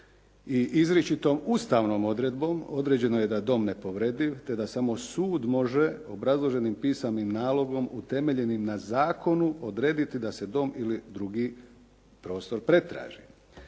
i izričitom ustavnom odredbom određeno je da je dom nepovrediv te da samo sud može obrazloženim pisanim nalogom utemeljenim na zakonu odrediti da se dom ili drugi prostor pretraži.